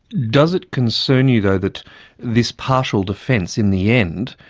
does it concern you, though, that this partial defence, in the end,